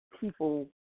people